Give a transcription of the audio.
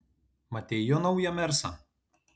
matei jo naują mersą